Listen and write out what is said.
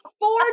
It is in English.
four